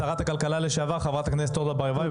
שרת הכלכלה לשעבר אורנה ברביבאי,